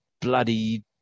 bloody